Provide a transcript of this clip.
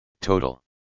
total